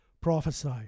prophesy